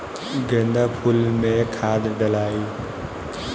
गेंदा फुल मे खाद डालाई?